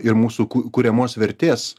ir mūsų ku kuriamos vertės